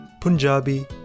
Punjabi